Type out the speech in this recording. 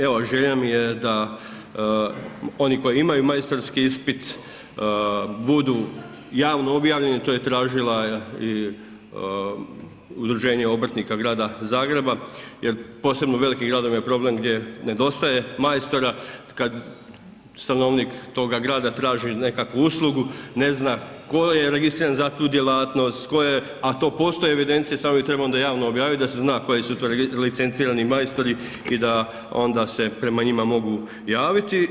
Evo, želja mi je da oni koji imaju majstorski ispit, budu javno objavljeni, to je tražila i Udruženje obrtnika Grada Zagreba jer posebno u velikim gradovima je problem gdje nedostaje majstora kad stanovnik tog grada traži nekakvu uslugu, ne zna tko je registriran za tu djelatnost, tko je, a to postoje te evidencije, samo bi trebalo onda javno objaviti da se zna koji su to licencirani majstori i da onda se prema njima mogu javiti.